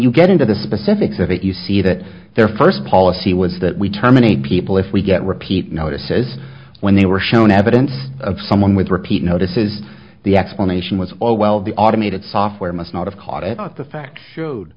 you get into the specifics of it you see that their first policy was that we terminate people if we get repeat notices when they were shown evidence of someone with repeat notices the explanation was all well the automated software must not have caught it but the facts showed